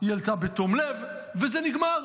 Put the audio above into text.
היא העלתה בתום לב, וזה נגמר.